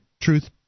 truth